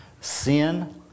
Sin